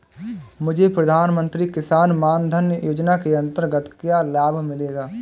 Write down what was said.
मुझे प्रधानमंत्री किसान मान धन योजना के अंतर्गत क्या लाभ मिलेगा?